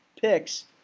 picks